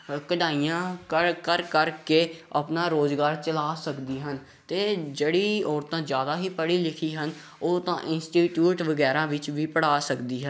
ਕਢਾਈਆਂ ਕਰ ਕਰ ਕਰਕੇ ਆਪਣਾ ਰੁਜ਼ਗਾਰ ਚਲਾ ਸਕਦੀ ਹਨ ਅਤੇ ਜਿਹੜੀ ਔਰਤਾਂ ਜ਼ਿਆਦਾ ਹੀ ਪੜ੍ਹੀ ਲਿਖੀ ਹਨ ਉਹ ਤਾਂ ਇੰਸਟੀਟਿਊਟ ਵਗੈਰਾ ਵਿੱਚ ਵੀ ਪੜ੍ਹਾ ਸਕਦੀ ਹੈ